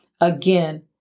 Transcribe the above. again